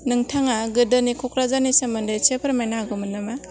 नोंथाङा गोदोनि क'क्राझारिनि सोमोन्दै एसे फोरमायनो हागौमोन नामा